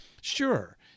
sure